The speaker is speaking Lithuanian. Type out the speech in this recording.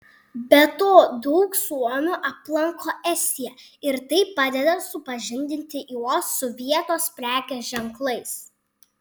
be to daug suomių aplanko estiją ir tai padeda supažindinti juos su vietos prekės ženklais